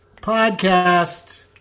Podcast